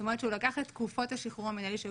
זאת אומרת שהוא לקח את תקופות השחרור המינהלי שהיו